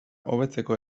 hobetzeko